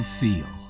feel